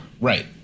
Right